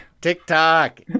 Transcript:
TikTok